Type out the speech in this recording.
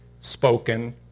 spoken